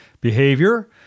behavior